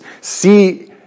See